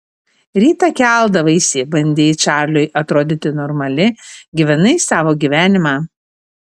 rytą keldavaisi bandei čarliui atrodyti normali gyvenai savo gyvenimą